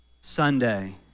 Sunday